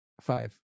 Five